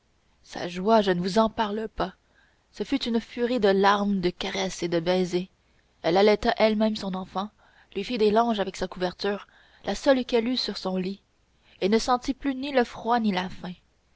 sa joie je ne vous en parle pas ce fut une furie de larmes de caresses et de baisers elle allaita elle-même son enfant lui fit des langes avec sa couverture la seule qu'elle eût sur son lit et ne sentit plus ni le froid ni la faim